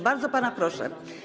Bardzo pana proszę.